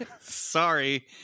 sorry